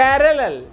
Parallel